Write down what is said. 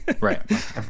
right